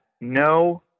no